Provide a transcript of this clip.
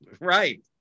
Right